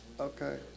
Okay